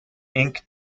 inc